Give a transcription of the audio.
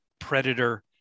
predator